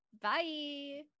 Bye